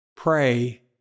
Pray